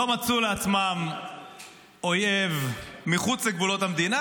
לא מצאו לעצמם אויב מחוץ לגבולות המדינה,